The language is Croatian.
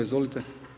Izvolite.